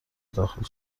داخل